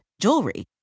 jewelry